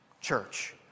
Church